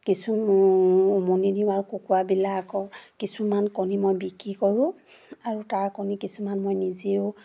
কিছু উমনি দিওঁ আৰু কুকুৰাবিলাকৰ কিছুমান কণী মই বিকি কৰোঁ আৰু তাৰ কণী কিছুমান মই নিজেও